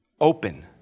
open